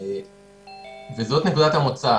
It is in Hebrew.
זו נקודת המוצא.